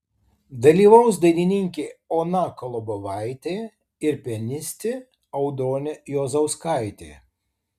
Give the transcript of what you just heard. dalyvaus dainininkė ona kolobovaitė ir pianistė audronė juozauskaitė